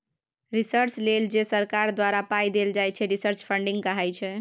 research लेल जे सरकार द्वारा पाइ देल जाइ छै रिसर्च फंडिंग कहाइ छै